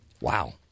Wow